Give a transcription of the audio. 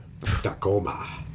Tacoma